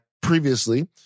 previously